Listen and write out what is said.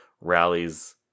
rallies